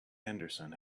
henderson